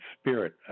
spirit